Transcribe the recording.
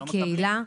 לא מקבלים.